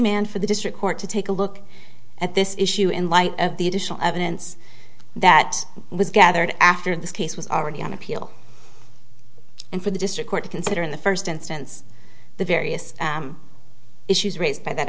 man for the district court to take a look at this issue in light of the additional evidence that was gathered after this case was already on appeal and for the district court to consider in the first instance the various issues raised by that